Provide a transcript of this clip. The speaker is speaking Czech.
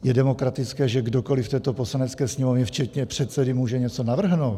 Je demokratické, že kdokoli v této Poslanecké sněmovně včetně předsedy může něco navrhnout.